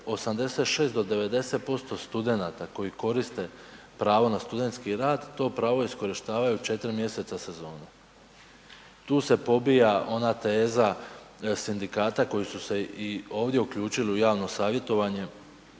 86 do 90% studenata koji koriste pravo na studentski rad, to pravo iskorištavaju 4 mjeseca sezonu. Tu se pobija ona teza sindikata koji su se i ovdje uključili u javno savjetovanje